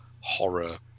horror